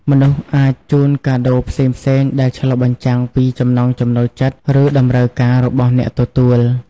មនុស្សអាចជូនកាដូផ្សេងៗដែលឆ្លុះបញ្ចាំងពីចំណង់ចំណូលចិត្ត ឬតម្រូវការរបស់អ្នកទទួល។